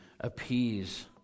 appease